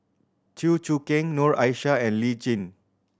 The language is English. Chew Choo Keng Noor Aishah and Lee Tjin